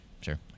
sure